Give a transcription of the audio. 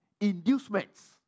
inducements